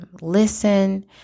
listen